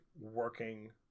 working